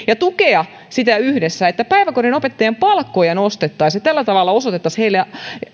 ja tukea sitä yhdessä että päiväkodin opettajien palkkoja nostettaisiin ja tällä tavalla osoitettaisiin heille